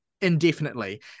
indefinitely